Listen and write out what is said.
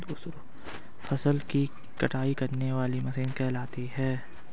फसल की कटाई करने वाली मशीन कहलाती है?